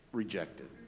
rejected